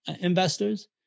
investors